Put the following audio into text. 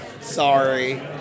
Sorry